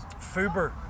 Fuber